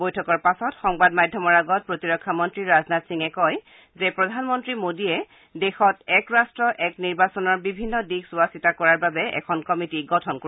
বৈঠকৰ পাছত সংবাদ মাধ্যমৰ আগত প্ৰতিৰক্ষা মন্ত্ৰী ৰাজনাথ সিঙে কয় যে প্ৰধানমন্ত্ৰী মোদীয়ে দেশত এক ৰাট্ট এক নিৰ্বাচনৰ বিভিন্ন দিশ চোৱাচিতা কৰাৰ বাবে এখন কমিটী গঠন কৰিব